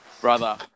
Brother